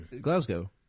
Glasgow